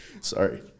Sorry